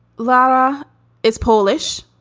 lara is polish.